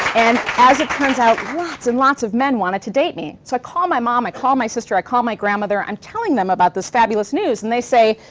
and as it turns out, lots and lots of men wanted to date me. so i call my mom, i call my sister, i call my grandmother. i'm telling them about this fabulous news, and they say,